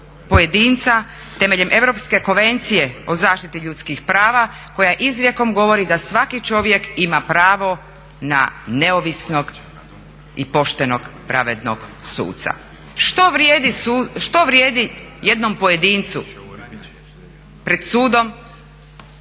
pojedinca temeljem Europske konvencije o zaštiti ljudskih prava koja izrijekom govori da svaki čovjek ima pravo na neovisnog i poštenog pravednog suca. Što vrijedi jednom pojedincu pred sudom